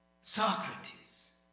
Socrates